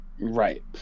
Right